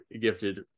gifted